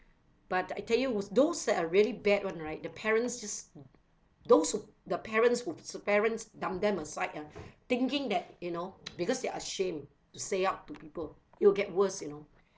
but I tell you who those that are really bad [one] right the parents just those who the parents who s~ parents dumped them aside ah thinking that you know because they're ashamed to say out to people it'll get worse you know